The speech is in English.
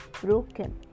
broken